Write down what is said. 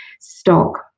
stock